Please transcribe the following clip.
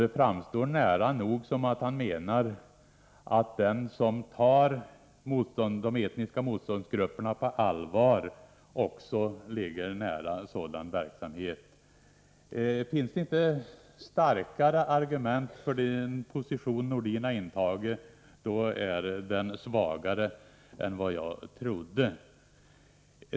Det framstår nära nog som om Sven-Erik Nordin menar att den som tar de etniska motståndsgrupperna på allvar också ligger nära sådan verksamhet. Finns det inte starkare argument för den position herr Nordin har intagit, är denna svagare än vad jag trodde.